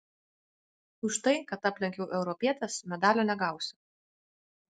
už tai kad aplenkiau europietes medalio negausiu